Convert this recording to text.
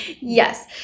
Yes